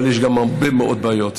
אבל יש גם הרבה מאוד בעיות.